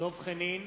דב חנין,